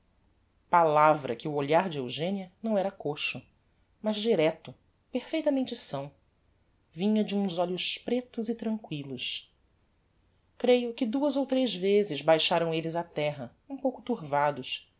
palavra que o olhar de eugenia não era coxo mas direito perfeitamente são vinha de uns olhos pretos e tranquillos creio que duas ou tres vezes baixaram elles a terra um pouco turvados